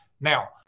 Now